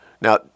Now